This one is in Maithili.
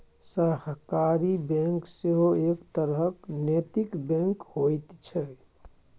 सहकारी बैंक सेहो एक तरहक नैतिक बैंक होइत छै